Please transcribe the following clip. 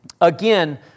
again